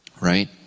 right